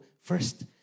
first